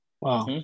Wow